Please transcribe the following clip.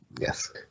Yes